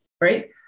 Right